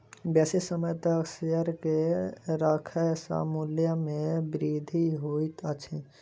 बेसी समय तक शेयर के राखै सॅ मूल्य में वृद्धि होइत अछि